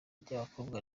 ry’abakobwa